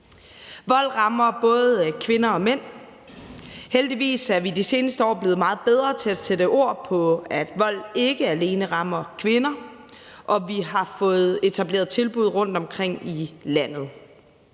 Vold rammer både kvinder og mænd. Heldigvis er vi de seneste år blevet meget bedre til at sætte ord på, at vold ikke alene rammer kvinder, og vi har fået etableret tilbud rundtomkring i landet